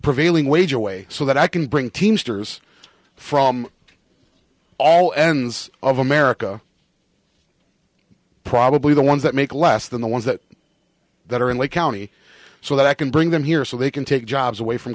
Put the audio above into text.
prevailing wage away so that i can bring teamsters from all ends of america probably the ones that make less than the ones that that are in lake county so that i can bring them here so they can take jobs away from